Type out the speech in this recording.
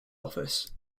office